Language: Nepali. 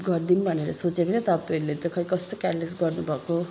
गरिदिऊँ भनेर सोचेको थिएँ तपाईँहरूले त खै कस्तो केयरलेस गर्नुभएको